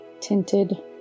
tinted